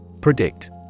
Predict